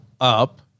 up